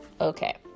Okay